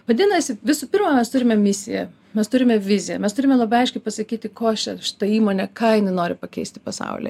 vadinasi visų pirma mes turime misiją mes turime viziją mes turime labai aiškiai pasakyti ko še šita įmonė ką jinai nori pakeisti pasaulį